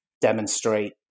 demonstrate